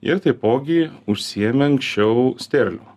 ir taipogi užsiėmė anksčiau sterlių